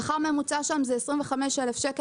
שכר ממוצע שם זה 25 אלף שקל.